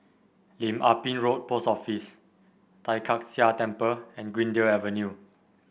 Lim Ah Pin Road Post Office Tai Kak Seah Temple and Greendale Avenue